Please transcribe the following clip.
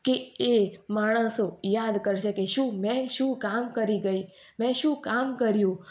કે એ માણસો યાદ કરશે કે શું મેં શું કામ કરી ગઈ મેં શું કામ કર્યું